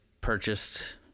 purchased